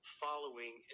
following